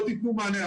לא תיתנו מענה?